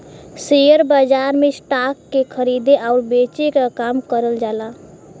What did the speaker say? share बाजार में stock के खरीदे आउर बेचे क काम करल जाला